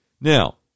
Now